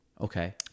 Okay